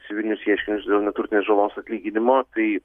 civilinius ieškinius dėl neturtinės žalos atlyginimo tai